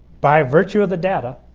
by virtue of the data